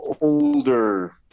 older